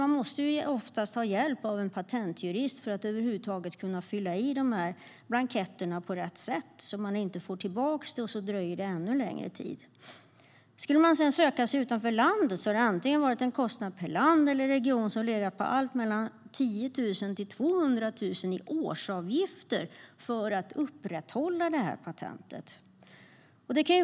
Man måste ju oftast ha hjälp av en patentjurist för att över huvud taget kunna fylla i blanketterna på rätt sätt så att de inte kommer tillbaka, och sedan dröjer det ännu längre tid. Skulle man sedan söka sig utanför landet har det varit en kostnad antingen per land eller per region som har legat på 10 000-200 000 i årsavgifter för att upprätthålla patentet.